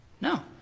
No